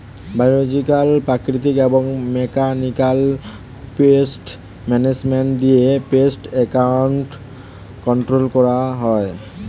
biological, প্রাকৃতিক এবং mechanical pest management দিয়ে পেস্ট অ্যাটাক কন্ট্রোল করা হয়